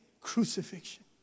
Crucifixion